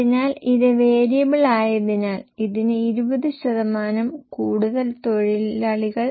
അതിനാൽ ഇത് ഒന്നുകിൽ 10 ശതമാനം അല്ലെങ്കിൽ 12 ശതമാനം വർദ്ധിക്കും